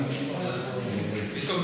בבקשה,